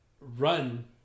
run